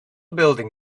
building